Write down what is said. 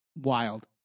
wild